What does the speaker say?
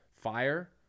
fire